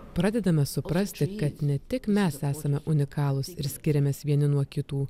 pradedame suprasti kad ne tik mes esame unikalūs ir skiriamės vieni nuo kitų